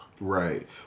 Right